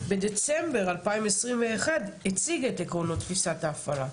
בדצמבר 2021 הציג את עקרונות תפיסת ההפעלה,